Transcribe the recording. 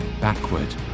backward